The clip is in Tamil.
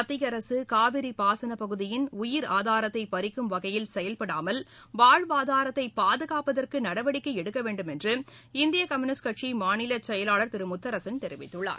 மத்திய அரசு காவிரி பாசன பகுதியின் உயிர் ஆதாரத்தை பறிக்கும் வகையில் செயல்படாமல் வாழ்வாதாரத்தை பாதுகாப்பதற்கு நடவடிக்கை எடுக்க வேண்டுமென்று இந்திய கம்யுனிஸ்ட் கட்சியின் மாநில செயலாளர் திரு முத்தரசன் தெரிவித்துள்ளார்